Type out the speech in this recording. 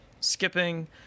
Skipping